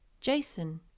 Jason